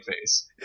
face